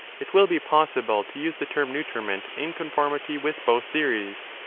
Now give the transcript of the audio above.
it will be possible to use the term nutriment in conformity with both theories.